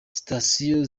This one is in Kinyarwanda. sitasiyo